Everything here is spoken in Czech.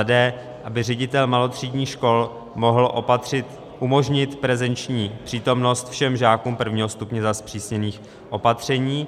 d) aby ředitel malotřídních škol mohl umožnit prezenční přítomnost všem žákům prvního stupně za zpřísněných opatření;